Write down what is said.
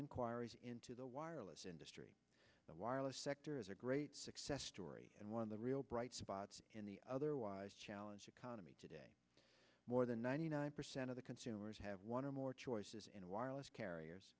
inquiries into the wireless industry the wireless sector is a great success story and one of the real bright spots in the otherwise challenge economy today more than ninety nine percent of the consumers have one or more choices in wireless carriers